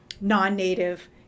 non-Native